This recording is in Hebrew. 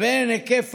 בין היקף